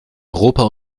europa